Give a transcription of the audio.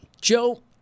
Joe